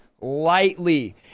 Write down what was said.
lightly